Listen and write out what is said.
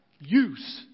Use